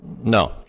No